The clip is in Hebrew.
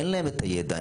אין להם את הידע,